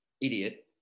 idiot